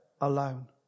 alone